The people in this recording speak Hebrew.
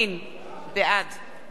בעד יואל חסון,